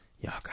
Y'all